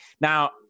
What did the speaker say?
now